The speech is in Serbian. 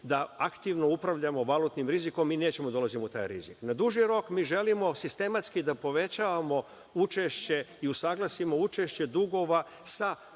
da aktivno upravljamo valutnim rizikom, mi nećemo da dolazimo u taj rizik. Na duži rok, mi želimo sistematski da povećavamo učešće i usaglasimo učešće dugova sa